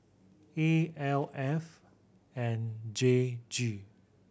A L F and J G